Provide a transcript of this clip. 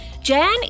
Jan